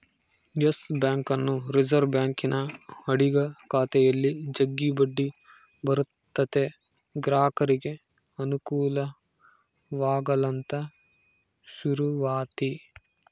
Yes ಬ್ಯಾಂಕನ್ನು reserve ಬ್ಯಾಂಕಿನ ಅಡಿಗ ಖಾತೆಯಲ್ಲಿ ಜಗ್ಗಿ ಬಡ್ಡಿ ಬರುತತೆ ಗ್ರಾಹಕರಿಗೆ ಅನುಕೂಲವಾಗಲಂತ ಶುರುವಾತಿ